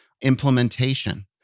implementation